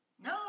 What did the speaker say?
No